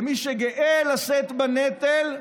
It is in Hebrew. למי שגאה לשאת בנטל הישראלי,